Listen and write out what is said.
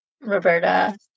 roberta